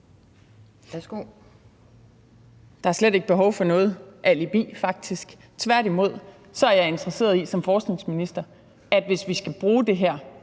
faktisk slet ikke behov for noget alibi. Tværtimod er jeg som forskningsminister interesseret i, at hvis vi skal bruge det her